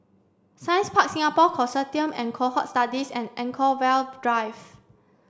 Science Park Singapore Consortium of Cohort Studies and Anchorvale Drive